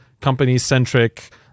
company-centric